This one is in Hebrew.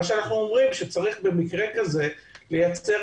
אנחנו אומרים שבמקרה כזה צריך לייצר